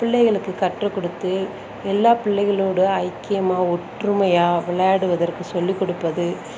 பிள்ளைகளுக்கு கற்றுக்கொடுத்து எல்லா பிள்ளைகளோட ஐக்கியமாக ஒற்றுமையாக விளையாடுவதற்கு சொல்லிக்கொடுப்பது